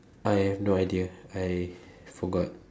I have no idea I forgot